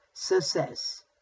Success